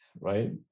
right